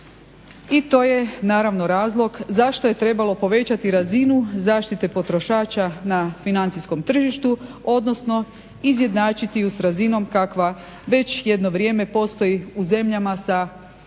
I to je naravno razlog zašto je trebalo povećati razinu zaštite potrošača na financijskom tržištu, odnosno izjednačiti ju s razinom kakva već jedno vrijeme postoji u zemljama sa izgrađenim